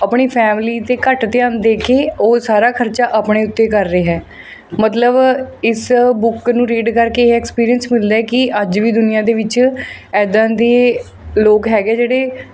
ਆਪਣੀ ਫੈਮਿਲੀ 'ਤੇ ਘੱਟ ਧਿਆਨ ਦੇ ਕੇ ਉਹ ਸਾਰਾ ਖ਼ਰਚਾ ਆਪਣੇ ਉੱਤੇ ਕਰ ਰਿਹਾ ਮਤਲਬ ਇਸ ਬੁੱਕ ਨੂੰ ਰੀਡ ਕਰਕੇ ਇਹ ਐਕਸਪੀਰੀਅਸ ਮਿਲਦਾ ਏ ਕਿ ਅੱਜ ਵੀ ਦੁਨੀਆਂ ਦੇ ਵਿੱਚ ਇੱਦਾਂ ਦੇ ਲੋਕ ਹੈਗੇ ਜਿਹੜੇ